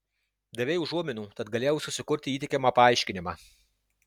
davei užuominų tad galėjau susikurti įtikimą paaiškinimą